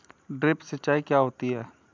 Drip सिंचाई क्या होती हैं?